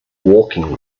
walking